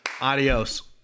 Adios